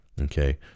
Okay